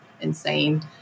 insane